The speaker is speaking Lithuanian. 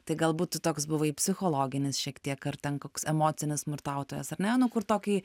tai galbūt tu toks buvai psichologinis šiek tiek ar ten koks emocinis smurtautojas ar ne nu kur tokį